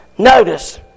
Notice